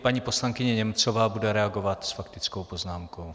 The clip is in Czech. Paní poslankyně Němcová bude reagovat s faktickou poznámkou.